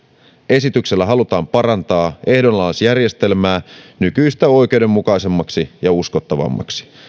esityksellä halutaan parantaa ehdonalaisjärjestelmää nykyistä oikeudenmukaisemmaksi ja uskottavammaksi